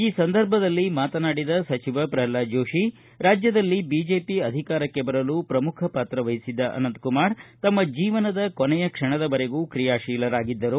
ಈ ಸಂದರ್ಭದಲ್ಲಿ ಮಾತನಾಡಿದ ಸಚಿವ ಪ್ರಲ್ನಾದ ಜೋಶಿ ರಾಜ್ಯದಲ್ಲಿ ಬಿಜೆಪಿ ಅಧಿಕಾರಕ್ಷೆ ಬರಲು ಪ್ರಮುಖ ಪಾತ್ರ ವಹಿಸಿದ್ದ ಅನಂತಕುಮಾರ್ ತಮ್ನ ಜೀವನದ ಕೊನೆಯ ಕ್ಷಣದವರೆಗೂ ಕ್ರಿಯಾಶೀಲರಾಗಿದ್ದರು